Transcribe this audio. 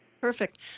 Perfect